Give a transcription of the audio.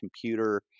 computer